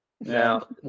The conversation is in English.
Now